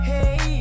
Hey